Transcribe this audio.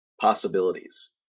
possibilities